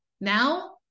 now